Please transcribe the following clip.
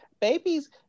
Babies